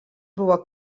buvo